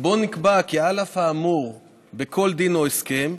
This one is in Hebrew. ובו נקבע כי על אף האמור בכל דין או הסכם,